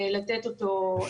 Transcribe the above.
לתת אותו.